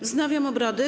Wznawiam obrady.